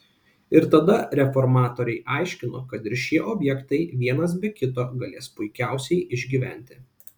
ir tada reformatoriai aiškino kad ir šie objektai vienas be kito galės puikiausiai išgyventi